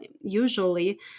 usually